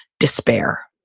despair.